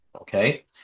Okay